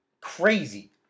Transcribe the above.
crazy